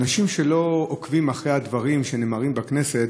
אנשים שלא עוקבים אחרי הדברים שנאמרים בכנסת